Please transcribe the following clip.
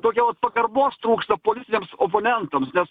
tokios pagarbos trūksta politiniams oponentams bet